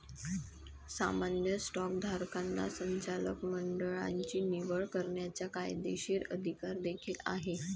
सामान्य स्टॉकधारकांना संचालक मंडळाची निवड करण्याचा कायदेशीर अधिकार देखील आहे